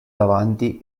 davanti